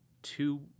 two